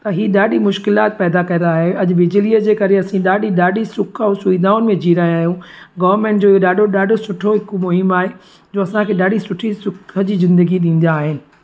त हीउ ॾाढी मुश्किलात पैदा कंदा आहे अॼु बिजलीअ जे करे असीं ॾाढी ॾाढी सुख ऐं सुविधाऊं मे जीउ रहिया आहियूं गवर्मेंट जो ॾाढो ॾाढो सुठो हिकु मुहिम आहे जो असांखे ॾाढी सुठी सुख जी ज़िंदगी ॾींदा आहिनि